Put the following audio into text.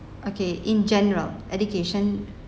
okay in general education